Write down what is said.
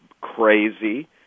crazy